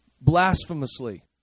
blasphemously